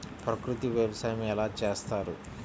ప్రకృతి వ్యవసాయం ఎలా చేస్తారు?